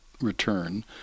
return